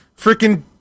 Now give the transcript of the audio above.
freaking